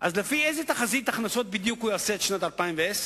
אז לפי איזו תחזית הכנסות הוא יעשה את שנת 2010,